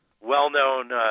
well-known